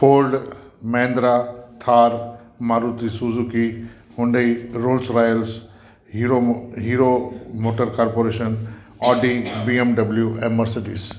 Ford Mahindra Thar Maruti Suzuki Hyundai Rolls Royals Hero Hero Motor Corporation Audi B M W ऐं Mercedes